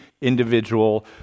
individual